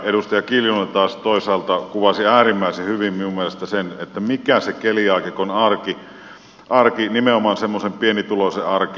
edustaja kiljunen taas toisaalta kuvasi äärimmäisen hyvin minun mielestäni sen mikä on se keliaakikon arki nimenomaan semmoisen pienituloisen arki